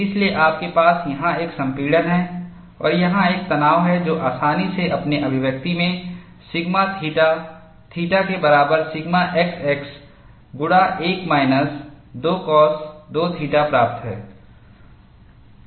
इसलिए आपके पास यहां एक संपीड़न है और यहां एक तनाव है जो आसानी से अपने अभिव्यक्ति में सिग्मा थीटा थीटा के बराबर सिग्मा x x गुणा 1 माइनस 2 कॉस 2 थीटा प्राप्त है